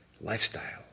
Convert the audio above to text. lifestyle